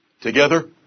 Together